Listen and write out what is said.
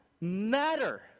matter